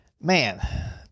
Man